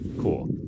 Cool